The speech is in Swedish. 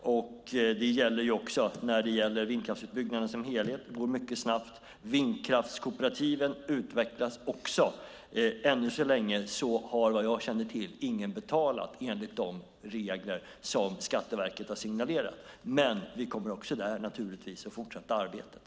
Vindkraftsutbyggnaden som helhet går mycket snabbt. Vindkraftskooperativen utvecklas också. Än så länge har, vad jag känner till, ingen betalat enligt de regler som Skatteverket har signalerat. Men vi kommer naturligtvis att också där fortsätta arbetet.